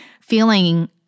feeling